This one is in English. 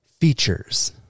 Features